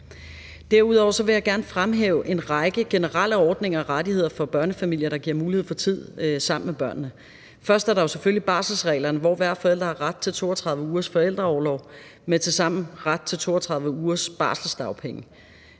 Derudover vil jeg gerne fremhæve en række generelle ordninger og rettigheder for børnefamilier, der giver mulighed for tid sammen med børnene. Først er der jo selvfølgelig barselsreglerne, hvor hver forælder har ret til 32 ugers forældreorlov med tilsammen ret til 32 ugers barselsdagpenge.